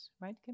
right